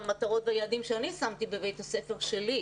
המטרות והיעדים שאני שמתי בבית הספר שלי.